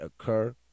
occur